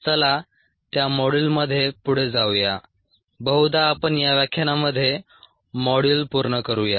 चला त्या मॉड्यूलमध्ये पुढे जाऊया बहुधा आपण या व्याखानामध्ये मॉड्यूल पूर्ण करूया